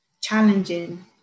Challenging